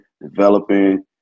developing